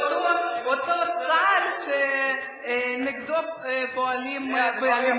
אותו צה"ל שנגדו פועלים באלימות.